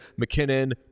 McKinnon